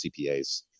cpas